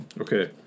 Okay